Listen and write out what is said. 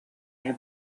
have